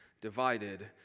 divided